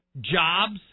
jobs